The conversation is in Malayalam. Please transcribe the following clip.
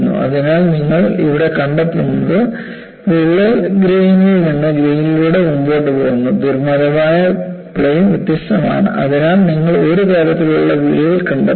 അതിനാൽ നിങ്ങൾ ഇവിടെ കണ്ടെത്തുന്നത് വിള്ളൽ ഗ്രേനിൽ നിന്ന് ഗ്രേനിലൂടെ മുന്നോട്ട് പോകുന്നു ദുർബലമായ പ്ലെയിൻ വ്യത്യസ്തമാണ് അതിനാൽ നിങ്ങൾ ഒരു തരത്തിലുള്ള വിള്ളൽ കണ്ടെത്തുന്നു